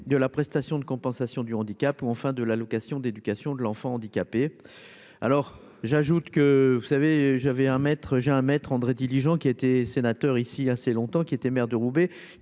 de la prestation de compensation du handicap ou enfin de l'allocation d'éducation de l'enfant handicapé alors j'ajoute que, vous savez, j'avais un maître, j'ai un maître André Diligent qui a été sénateur ici assez longtemps qu'il était maire de Roubaix